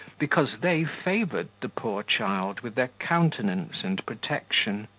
because they favoured the poor child with their countenance and protection.